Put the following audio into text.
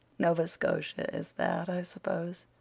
nova scotia is that, i suppose.